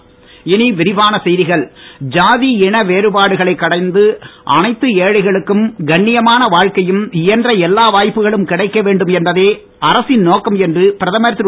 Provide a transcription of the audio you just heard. மோடி ஜாதி இன வேறுபாடுகளைக் கடந்து அனைத்து ஏழைகளுக்கும் கன்னியமான வாழ்க்கையும் இயன்ற எல்லா வாய்ப்புகளும் கிடைக்க வேண்டும் என்பதே அரசின் நோக்கம் என்று பிரதமர் திரு